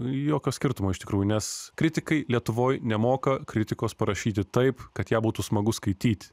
jokio skirtumo iš tikrųjų nes kritikai lietuvoj nemoka kritikos parašyti taip kad ją būtų smagu skaityt